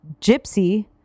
gypsy